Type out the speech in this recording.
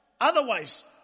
Otherwise